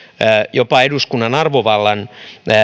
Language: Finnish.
jopa eduskunnan arvovallan